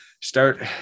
start